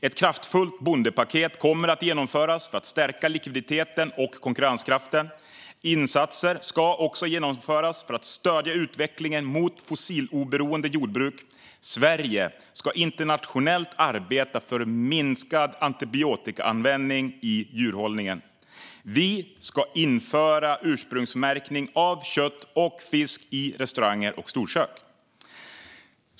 Ett kraftfullt bondepaket kommer att genomföras för att stärka likviditeten och konkurrenskraften. Insatser ska också genomföras för att stödja utvecklingen mot fossiloberoende jordbruk. Sverige ska internationellt arbeta för minskad antibiotikaanvändning i djurhållningen. Vi ska införa ursprungsmärkning av kött och fisk på restauranger och i storkök.